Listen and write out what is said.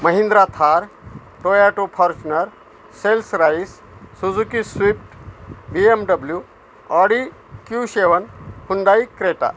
Mahindra Thar Toyota Fortuner सेल्स राईस Suzuki Swift B M W Audi Q seven Hyundai Creta